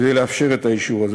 כדי לאפשר את האישור הזה.